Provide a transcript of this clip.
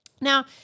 Now